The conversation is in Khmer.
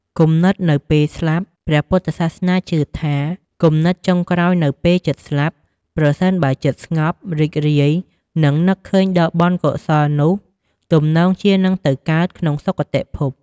គំនិតនៅពេលស្លាប់ព្រះពុទ្ធសាសនាជឿថា គំនិតចុងក្រោយនៅពេលជិតស្លាប់ ប្រសិនបើចិត្តស្ងប់ រីករាយ និងនឹកឃើញដល់បុណ្យកុសល នោះទំនងជានឹងទៅកើតក្នុងសុគតិភព។